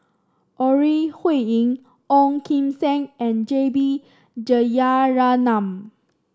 Ore Huiying Ong Kim Seng and J B Jeyaretnam